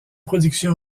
production